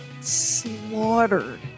slaughtered